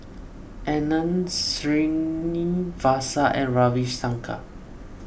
Anand Srinivasa and Ravi Shankar